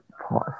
Pause